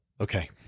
Okay